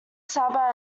saba